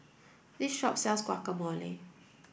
this shop sells Guacamole